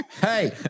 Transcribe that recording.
Hey